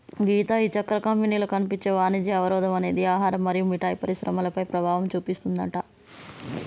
గీత ఈ చక్కెర పంపిణీలో కనిపించే వాణిజ్య అవరోధం అనేది ఆహారం మరియు మిఠాయి పరిశ్రమలపై ప్రభావం చూపిస్తుందట